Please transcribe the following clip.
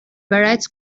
bereits